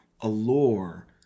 allure